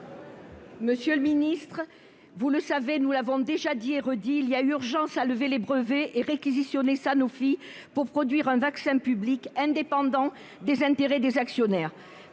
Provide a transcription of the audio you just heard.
Monsieur le ministre, nous l'avons déjà dit, il est urgent de lever les brevets et de réquisitionner Sanofi pour produire un vaccin public indépendant des intérêts des actionnaires.